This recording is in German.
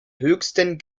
höchsten